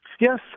Yes